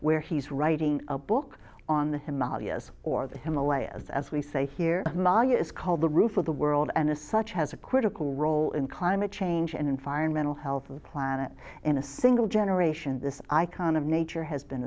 where he's writing a book on the somalia's or the himalayas as we say here amalia is called the roof of the world and as such has a critical role in climate change and environmental health of the planet in a single generation this icon of nature has been